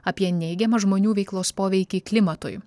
apie neigiamą žmonių veiklos poveikį klimatui